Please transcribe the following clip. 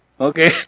Okay